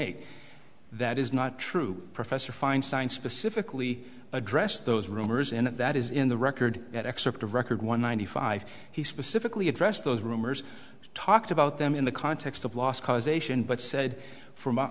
eight that is not true professor fine science specifically addressed those rumors and that is in the record that excerpt of record one ninety five he specifically addressed those rumors talked about them in the context of last causation but said f